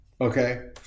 Okay